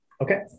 Okay